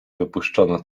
wypuszczono